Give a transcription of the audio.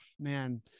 man